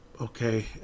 okay